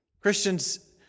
Christians